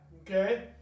okay